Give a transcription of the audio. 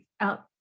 out